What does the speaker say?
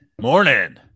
Morning